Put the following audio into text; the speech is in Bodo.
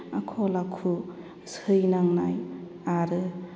आखल आखु सैनांनाय आरो